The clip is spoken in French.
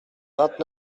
vingt